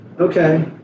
okay